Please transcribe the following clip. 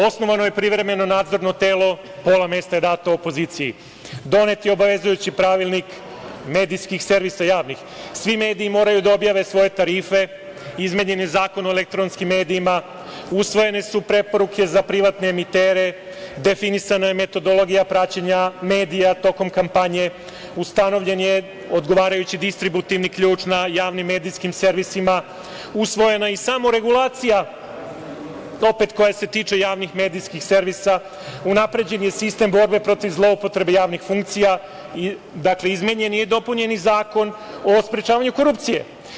Osnovano je Privremeno nadzorno telo, pola mesta je dato opoziciji, donet je obavezujuć Pravilnik medijskih javnih servisa, svi mediji moraju da objave svoje tarife, izmenjen je Zakono o elektronskim medijima, usvojene su preporuke za privremene emitere, definisana je metodologija praćenja medija tokom kampanje, ustanovljen je odgovarajući distributivni ključ na javnim medijskim servisima, usvojena je i samo regulacija opet koja se tiče medijskih javnih servisa, unapređen je sistem protiv borbe zloupotrebe javnih funkcija, izmenjen je i dopunjen Zakon o sprečavanju korupcije.